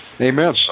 Amen